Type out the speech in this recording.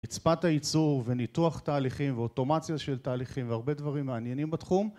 רצפת הייצור וניתוח תהליכים ואוטומציה של תהליכים והרבה דברים מעניינים בתחום